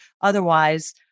Otherwise